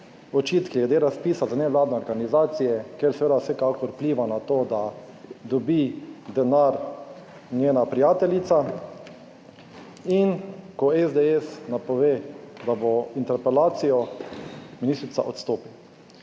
očitki glede razpisa za nevladne organizacije, kjer seveda vsekakor vpliva na to, da dobi denar njena prijateljica. In ko SDS napove, da bo interpelacijo, ministrica odstopi,